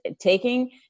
taking